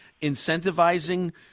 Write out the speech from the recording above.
incentivizing